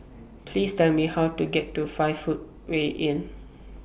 Please Tell Me How to get to five Footway Inn